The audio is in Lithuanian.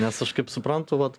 nes aš kaip suprantu vat